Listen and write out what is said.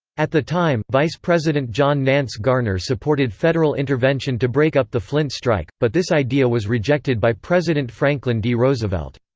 at the time, vice president john nance garner supported federal intervention to break up the flint strike, but this idea was rejected by president franklin d. roosevelt.